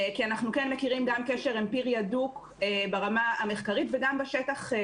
כי אנחנו כן מכירים גם קשר אמפירי הדוק ברמה המחקרית וגם בשטח.